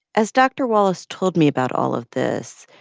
as dr. wallace told me about all of this,